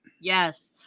Yes